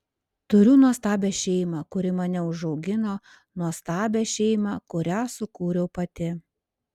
turiu nuostabią šeimą kuri mane užaugino nuostabią šeimą kurią sukūriau pati